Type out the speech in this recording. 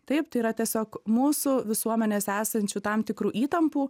taip tai yra tiesiog mūsų visuomenės esančių tam tikrų įtampų